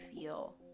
feel